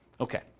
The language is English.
Okay